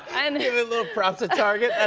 and little props to target, ah